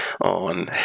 on